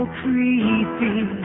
creepy